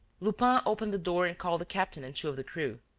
lupin opened the door and called the captain and two of the crew.